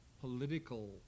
political